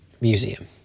museum